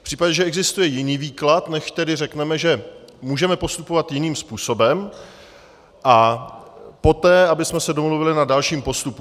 V případě, že existuje jiný výklad, nechť tedy řekneme, že můžeme postupovat jiným způsobem, a poté abychom se domluvili na dalším postupu.